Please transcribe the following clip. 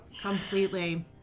completely